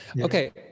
Okay